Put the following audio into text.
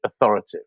authoritative